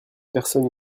personne